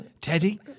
Teddy